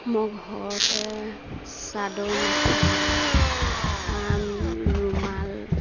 মই ঘৰতে চাদৰ মেখেলা ৰুমাল